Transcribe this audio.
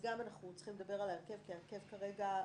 אנחנו גם צריכים לדבר על ההרכב כי ההרכב כרגע,